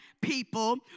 people